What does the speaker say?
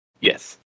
Yes